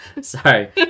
sorry